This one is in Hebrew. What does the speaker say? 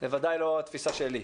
וזאת בוודאי לא התפיסה שלי.